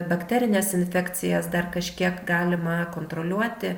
bakterines infekcijas dar kažkiek galima kontroliuoti